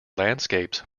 landscapes